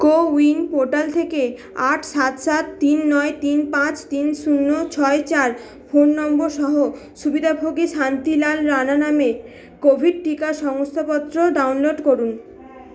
কো win portal থেকে আট সাত সাত তিন নয় তিন পাঁচ তিন শূন্য ছয় চার ফোন নম্বর সহ সুবিধাভোগী শান্তিলাল রাণা নামে কোভিড টিকা শংসাপত্র ডাউনলোড করুন